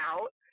out